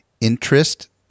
interest